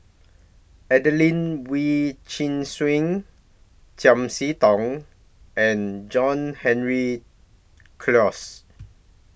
Adelene Wee Chin Suan Chiam See Tong and John Henry Clos